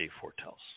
foretells